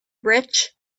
rich